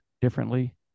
differently